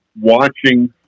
watching